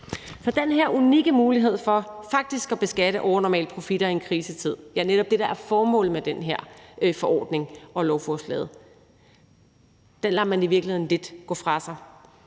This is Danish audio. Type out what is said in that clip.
For den her unikke mulighed for faktisk at beskatte overnormale profitter i en krisetid, som netop er det, der er formålet med den her forordning og med lovforslaget, lader man i virkeligheden lidt gå fra sig,